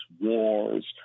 wars